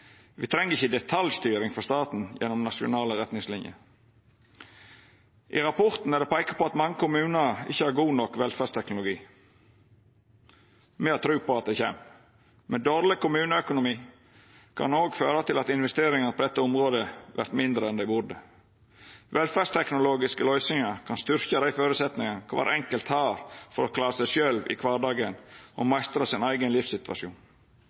treng ikkje detaljstyring frå staten gjennom nasjonale retningsliner. I rapporten er det peika på at mange kommunar ikkje har god nok velferdsteknologi. Me har tru på at det kjem, men dårleg kommuneøkonomi kan òg føra til at investeringar på dette området vert mindre enn dei burde vera. Velferdsteknologiske løysingar kan styrkja dei føresetnadene kvar enkelt har for å klara seg sjølv i kvardagen og meistra sin